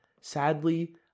sadly